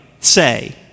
say